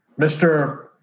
Mr